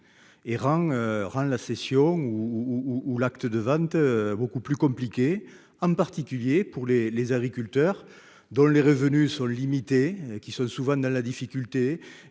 et rend la cession ou l'acte de vente beaucoup plus compliqués, en particulier pour les agriculteurs dont les revenus sont limités, qui connaissent souvent des difficultés